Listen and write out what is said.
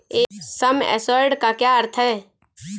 सम assured का क्या अर्थ है?